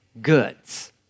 goods